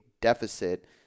deficit